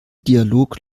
dialog